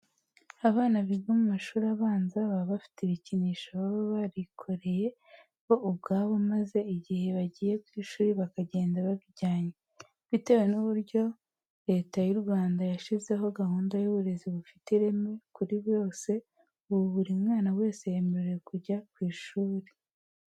Abana biga mu mashuri abanza baba bafite ibikinisho baba barikoreye bo ubwabo maze igihe bagiye ku ishuri bakagenda babijyanye. Bitewe n'uburyo Leta y'u Rwanda yashyizeho gahunda y'uburezi bufite ireme kuri bose, ubu buri mwana wese yemerewe kujya ku ishuri.